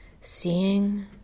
Seeing